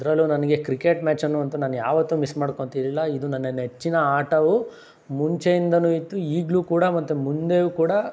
ಅದರಲ್ಲೂ ನನಗೆ ಕ್ರಿಕೆಟ್ ಮ್ಯಾಚನ್ನ ಅಂತೂ ನಾನು ಯಾವತ್ತೂ ಮಿಸ್ ಮಾಡ್ಕೊಳ್ತಿರ್ಲಿಲ್ಲ ಇದು ನನ್ನ ನೆಚ್ಚಿನ ಆಟವು ಮುಂಚೆಯಿಂದನೂ ಇತ್ತು ಈಗಲೂ ಕೂಡ ಮತ್ತು ಮುಂದೆಯೂ ಕೂಡ